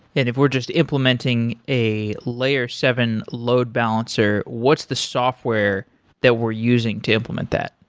if we're just implementing a layer seven load balancer, what's the software that we're using to implement that?